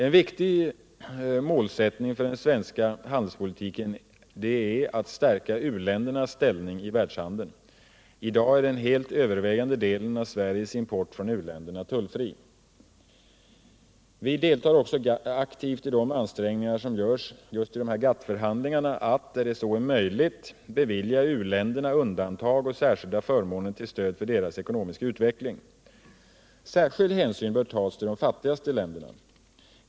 En viktig målsättning för den svenska handelspolitiken är att stärka uländernas ställning i världshandeln. I dag är den helt övervägande delen av Sveriges import från u-länderna tullfri. Vi deltar också aktivt i de ansträngningar som görs just i GATT förhandlingarna att, där så är möjligt, bevilja u-länderna undantag och särskilda förmåner till stöd för deras ekonomiska utveckling. Särskild hänsyn bör tas till de fattigaste länderna.